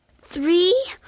three